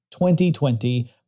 2020